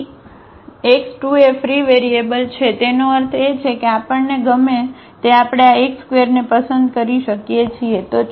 તેથી x2 એ free variable છે તેનો અર્થ એ કે આપણને ગમે તે આપણે આ x2 ને પસંદ કરી શકીએ છીએ